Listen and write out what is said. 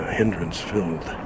hindrance-filled